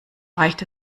reicht